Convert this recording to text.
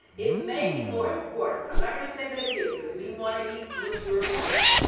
it may be more important, i'm not gonna say that it is because we wanna eat mature plants,